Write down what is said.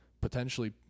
potentially